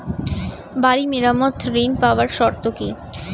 বাড়ি মেরামত ঋন পাবার শর্ত কি?